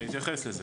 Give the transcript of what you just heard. אתייחס לזה.